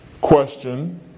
question